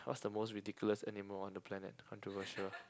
what's the most ridiculous animal on the planet controversial